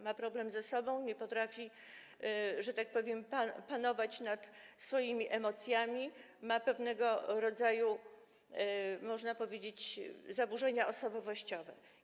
Ma problem ze sobą, nie potrafi panować nad swoimi emocjami, ma pewnego rodzaju, można powiedzieć, zaburzenia osobowościowe.